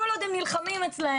כל עוד הם נלחמים אצלם,